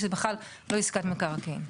שזה בכלל לא עסקת מקרקעין.